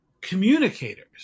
communicators